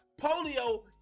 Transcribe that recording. Polio